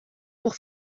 pour